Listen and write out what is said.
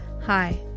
Hi